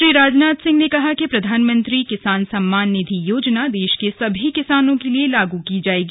श्री राजनाथ सिंह ने कहा कि प्रधानमंत्री किसान सम्मान निधि योजना देश के सभी किसानों के लिए लागू की जाएगी